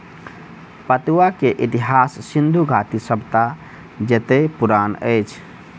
पटुआ के इतिहास सिंधु घाटी सभ्यता जेतै पुरान अछि